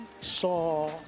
saw